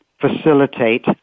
facilitate